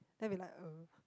then I'll be like uh